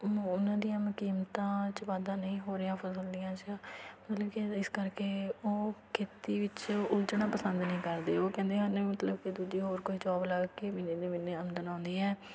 ਉਨ ਉਹਨਾਂ ਦੀਆਂ ਕੀਮਤਾਂ 'ਚ ਵਾਧਾ ਨਹੀਂ ਹੋ ਰਿਹਾ ਫਸਲ ਦੀਆਂ 'ਚ ਮਤਲਬ ਕਿ ਇਸ ਕਰਕੇ ਉਹ ਖੇਤੀ ਵਿੱਚ ਉਲਝਣਾ ਪਸੰਦ ਨਹੀਂ ਕਰਦੇ ਉਹ ਕਹਿੰਦੇ ਹਨ ਮਤਲਬ ਕਿ ਦੂਜੀ ਹੋਰ ਕੋਈ ਜੋਬ ਲੱਗ ਕੇ ਮਹੀਨੇ ਮਹੀਨੇ ਮਹੀਨੇ ਆਮਦਨ ਆਉਂਦੀ ਹੈ